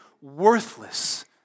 worthless